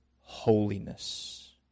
holiness